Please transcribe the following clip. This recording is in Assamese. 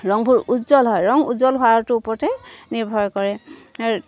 ৰংবোৰ উজ্জ্বল হয় ৰং উজ্জ্বল হোৱটো ওপৰতে নিৰ্ভৰ কৰে